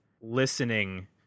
listening